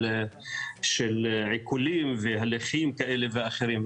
של עיקולים והליכים כאלה ואחרים.